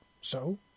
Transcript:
So